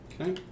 Okay